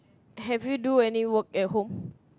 have you do any work at home